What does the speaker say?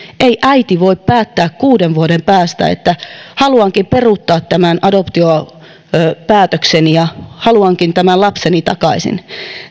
eikä äiti voi päättää kuuden vuoden päästä että haluankin peruuttaa tämän adoptiopäätökseni ja haluankin tämän lapseni takaisin